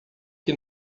que